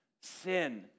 sin